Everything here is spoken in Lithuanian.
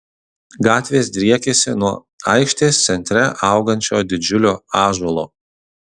gatvės driekėsi nuo aikštės centre augančio didžiulio ąžuolo